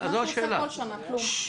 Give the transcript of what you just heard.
מה שהוא עשה בכל שנה כלום.